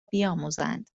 بیاموزند